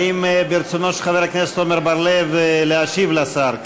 האם ברצונו של חבר הכנסת עמר בר-לב להשיב לשר?